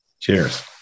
Cheers